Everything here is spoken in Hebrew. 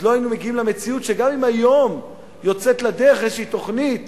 לא היינו מגיעים למציאות שגם אם היום יוצאת לדרך איזו תוכנית